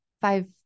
five